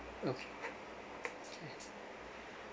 okay